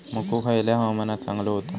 मको खयल्या हवामानात चांगलो होता?